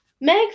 Meg